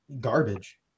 garbage